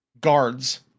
guards